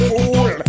Fool